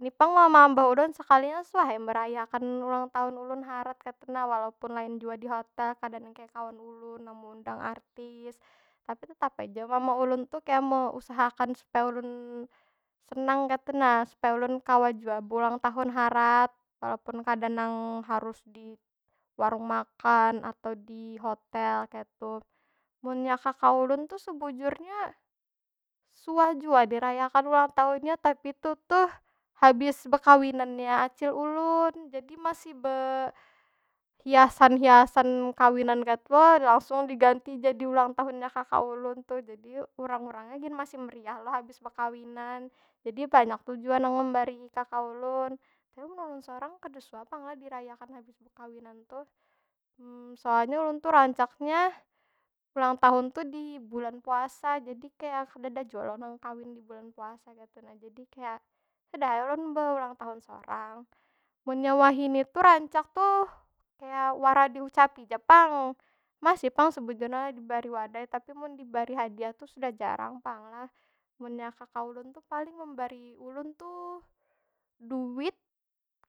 Ni pang mama abah ulun sekalinya suah ai meraya akan ulang tahun ulun harat kaytu nah, walaupun lain jua di hotel. Kada nang kaya kawan ulun, nang meundang artis. Tapi tetapa ai jua mam ulun tu meusahakan supaya ulun senang kaytu na, supaya ulun kawa jua beulang tahun harat. Walaupun kada nang harus di warung makan, atau di hotel kaytu. Munnya kaka ulun tu sebujurnya, suah jua dirayakan ulang tahunnya, tapi tu tuh habis bekawinannya acil ulun. Jadi masih be hiasan- hiasan kawinan kaytu lo, langsung diganti jadi ulang tahunnya kaka ulun tuh. Jadi urang- urangnya gin masih meriah lo habis bekawainan. Jadi banyak tu jua nang membarii kaka ulun. Tapi mun ulun sorang kada suah pang lah dirayakan habis bekawinan tuh. soalnya ulun tu rancaknya, ulang tahun tu di bulan puasa jadi kaya kadeda jua lo nang kawin di bulan puasa kaytu nah. Jadi kaya, sudah ai ulun beulang tahun sorang. Munnya wahini tu rancak tu, kaya wara diucapi ja pang. Masih pang sebujurnya dibari wadai, tapi mun dibari hadiah tu sudah jarang pang lah. Munnya kaka ulun tu paling membarii ulun tu, duit,